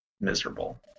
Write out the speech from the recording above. miserable